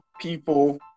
people